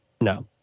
No